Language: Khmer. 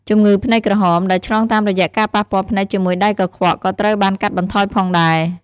ជំងឺភ្នែកក្រហម ដែលឆ្លងតាមរយៈការប៉ះពាល់ភ្នែកជាមួយដៃកខ្វក់ ក៏ត្រូវបានកាត់បន្ថយផងដែរ។